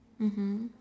mmhmm